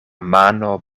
mano